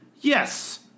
Yes